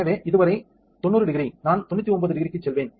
எனவே இதுவரை 900 நான் 990 க்குச் செல்வேன்